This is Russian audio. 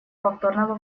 повторного